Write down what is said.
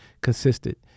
consistent